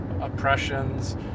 oppressions